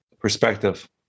Perspective